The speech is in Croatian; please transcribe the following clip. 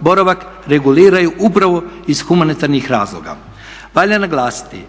boravak reguliraju upravo iz humanitarnih razloga. Valja naglasiti